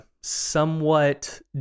somewhat